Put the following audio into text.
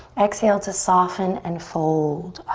exhale to soften and fold.